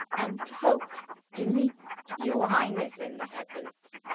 and hope to meet your highness in the heavens,